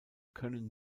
können